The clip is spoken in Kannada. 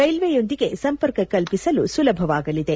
ರೈಲ್ವೆಯೊಂದಿಗೆ ಸಂಪರ್ಕ ಕಲ್ಪಿಸಲು ಸುಲಭವಾಗಲಿದೆ